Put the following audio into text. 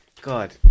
God